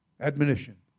Admonition